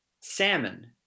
Salmon